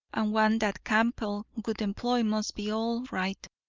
and one that campbell would employ must be all right.